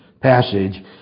passage